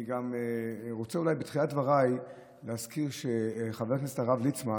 אני גם רוצה אולי בתחילת דבריי להזכיר שחבר הכנסת הרב ליצמן,